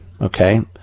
okay